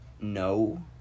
no